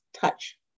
touch